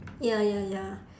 ya ya ya